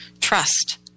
Trust